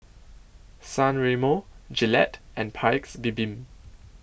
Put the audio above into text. San Remo Gillette and Paik's Bibim